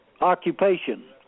occupation